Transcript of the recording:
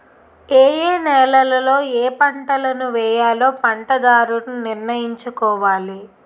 ఏయే నేలలలో ఏపంటలను వేయాలో పంటదారుడు నిర్ణయించుకోవాలి